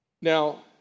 Now